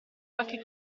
qualche